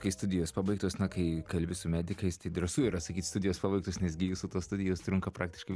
kai studijos pabaigtos na kai kalbi su medikais tai drąsu yra sakyt studijos pabaigtos nes gi jūsų tos studijos trunka praktiškai